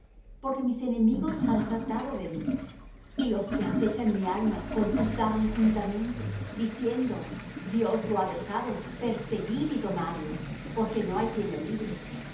porque mis enemigos han tratado de mí y los que acechan mi alma consultaron juntamente diciendo dios lo ha dejado perseguid y tomadle porque no hay quien le libre